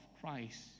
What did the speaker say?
Christ